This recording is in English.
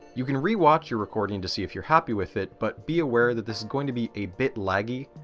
you can rewatch your recording to see if you're happy with it, but be aware that this is going to be a bit laggy,